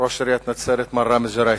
ראש עיריית נצרת, מר ראמז ג'ראיסי.